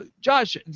Josh